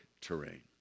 terrain